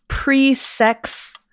Pre-sex